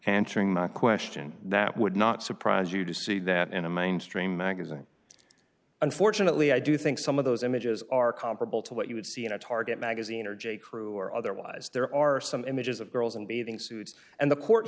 answering my question that would not surprise you to see that in a mainstream magazine unfortunately i do think some of those images are comparable to what you would see in a target magazine or j crew or otherwise there are some images of girls in bathing suits and the court